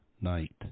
night